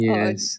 Yes